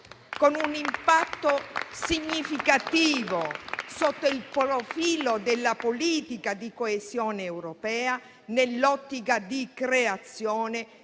con un impatto significativo sotto il profilo della politica di coesione europea, nell'ottica di creazione